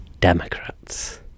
Democrats